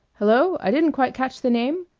hello, i didn't quite catch the name.